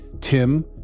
Tim